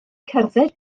cerdded